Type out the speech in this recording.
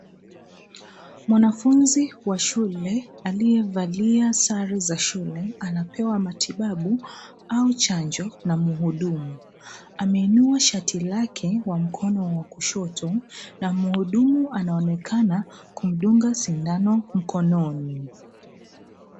Mwanafunzi wa shule aliye valia sare za shule, anapewa matibabu au chanjo na mhudumu. Ameinua shati lake kwa mkono wa kushoto na mhudumu anaonekana kumdunga sindano mkononi.